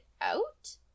out